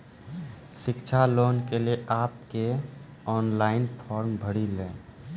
शिक्षा लोन के लिए आप के ऑनलाइन फॉर्म भरी ले?